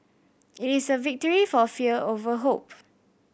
it is a victory for fear over hope